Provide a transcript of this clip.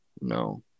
no